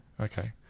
Okay